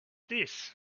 this